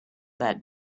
that